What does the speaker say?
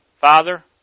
father